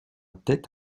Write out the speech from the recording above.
tête